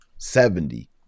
Seventy